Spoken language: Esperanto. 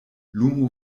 lumo